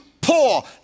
poor